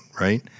right